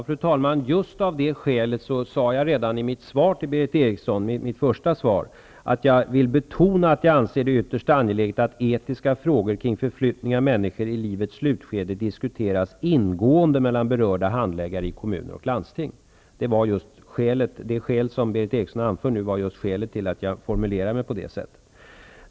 Fru talman! Just av det skälet sade jag redan i mitt skrivna svar till Berith Eriksson att jag vill betona att jag anser det ytterst angeläget att etiska frågor kring förflyttning av människor i livets slutskede diskuteras ingående mellan berörda handläggare i kommuner och landsting. Det skäl som Berith Eriksson nu anför var just skälet till att jag formulerade mig på det sättet.